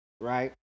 right